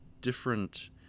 different